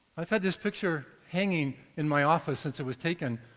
i've had this picture hanging in my office since it was taken,